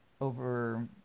over